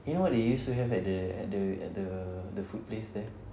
you know what they used to have at the at the at the the food place there